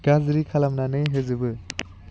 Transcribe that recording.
गाज्रि खालामनानै होजोबो